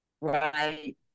right